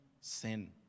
sin